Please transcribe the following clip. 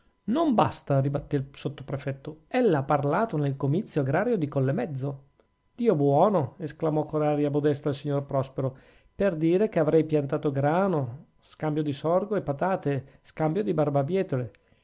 non basta ribattè il sottoprefetto ella ha parlato nel comizio agrario di collemezzo dio buono esclamò con aria modesta il signor prospero per dire che avrei piantato grano scambio di sorgo e patate scambio di barbabietole